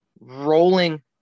rolling